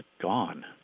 gone